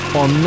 on